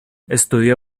estudió